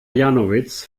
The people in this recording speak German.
janowitz